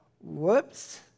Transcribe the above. Whoops